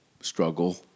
struggle